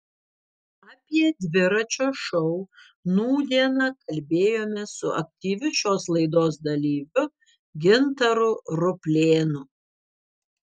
apie dviračio šou nūdieną kalbėjomės su aktyviu šios laidos dalyviu gintaru ruplėnu